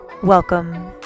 welcome